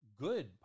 Good